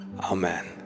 Amen